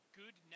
good